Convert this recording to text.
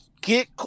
get